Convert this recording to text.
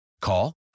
Call